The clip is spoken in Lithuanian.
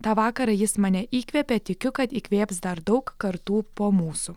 tą vakarą jis mane įkvėpė tikiu kad įkvėps dar daug kartų po mūsų